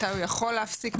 מתי הוא יכול להפסיק,